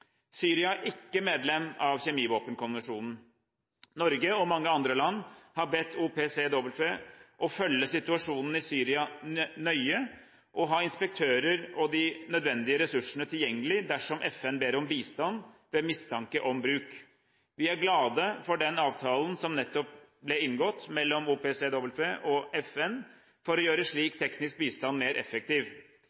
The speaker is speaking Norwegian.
Syria er ikke medlem av Kjemivåpenkonvensjonen. Norge og mange andre land har bedt OPCW følge situasjonen i Syria nøye og ha inspektører og de nødvendige ressursene tilgjengelig dersom FN ber om bistand ved mistanke om bruk. Vi er glade for den avtalen som nettopp ble inngått mellom OPCW og FN for å gjøre